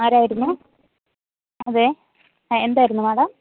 ആരായിരുന്നു അതെ ആ എന്തായിരുന്നു മാഡം